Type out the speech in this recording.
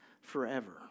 forever